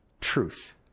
truth